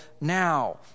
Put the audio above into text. now